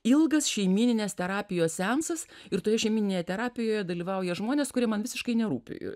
ilgas šeimyninės terapijos seansas ir toje šeimyninėje terapijoje dalyvauja žmonės kurie man visiškai nerūpi